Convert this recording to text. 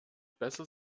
besser